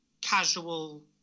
casual